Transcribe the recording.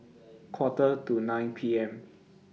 Quarter to nine P M